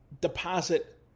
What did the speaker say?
deposit